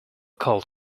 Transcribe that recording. cold